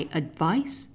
advice